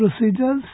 procedures